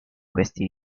questi